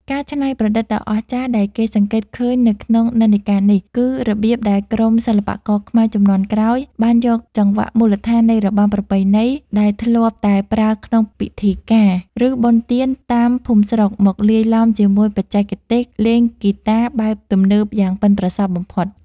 ការច្នៃប្រឌិតដ៏អស្ចារ្យដែលគេសង្កេតឃើញនៅក្នុងនិន្នាការនេះ គឺរបៀបដែលក្រុមសិល្បករខ្មែរជំនាន់ក្រោយបានយកចង្វាក់មូលដ្ឋាននៃរបាំប្រពៃណីដែលធ្លាប់តែប្រើក្នុងពិធីការ ឬបុណ្យទានតាមភូមិស្រុក មកលាយឡំជាមួយបច្ចេកទេសលេងហ្គីតាបែបទំនើបយ៉ាងប៉ិនប្រសប់បំផុត។